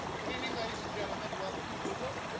good evening, ladies and gentlemen, welcome to google.